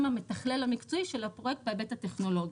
המתכלל המקצועי של הפרויקט בהיבט הטכנולוגי.